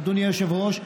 אדוני היושב-ראש,